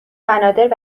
بنادر